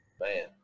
man